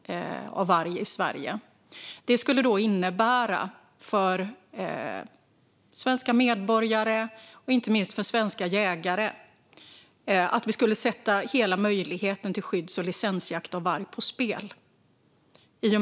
I och med att vi har vetenskapliga fakta som visar att vi behöver 300 vargar för en gynnsam bevarandestatus skulle detta innebära för svenska medborgare och inte minst för svenska jägare att vi skulle sätta hela möjligheten till skydds och licensjakt av varg på spel.